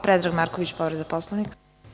Predrag Marković, povreda Poslovnika.